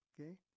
okay